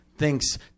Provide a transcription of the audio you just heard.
thinks